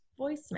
voicemail